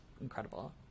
incredible